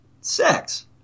sex